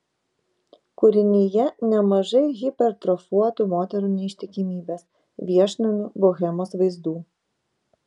kūrinyje nemažai hipertrofuotų moterų neištikimybės viešnamių bohemos vaizdų